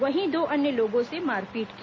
वहीं दो अन्य लोगों से मारपीट की